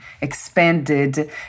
expanded